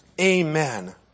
Amen